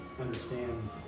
understand